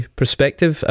perspective